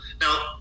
Now